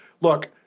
look